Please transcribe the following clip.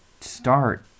start